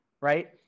right